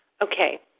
Okay